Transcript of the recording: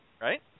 right